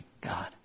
God